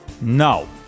No